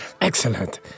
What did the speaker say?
Excellent